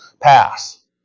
Pass